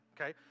Okay